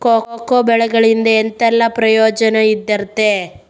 Cocoa ಬೆಳೆಗಳಿಂದ ಎಂತೆಲ್ಲ ಪ್ರಯೋಜನ ಇರ್ತದೆ?